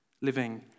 living